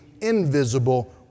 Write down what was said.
invisible